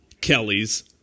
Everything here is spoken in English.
Kelly's